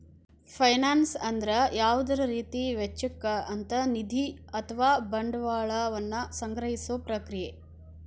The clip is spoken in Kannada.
ಫೈನಾನ್ಸ್ ಅಂದ್ರ ಯಾವುದ ರೇತಿ ವೆಚ್ಚಕ್ಕ ಅಂತ್ ನಿಧಿ ಅಥವಾ ಬಂಡವಾಳ ವನ್ನ ಸಂಗ್ರಹಿಸೊ ಪ್ರಕ್ರಿಯೆ